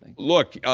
look,